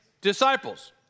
disciples